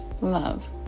love